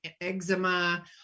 eczema